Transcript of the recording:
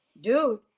dude